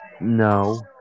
No